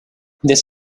this